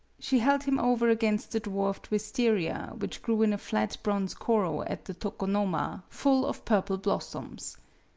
she held him over against the dwarfed wistaria which grew in a flat bronze koro at the tokonoma, full of purple blossoms.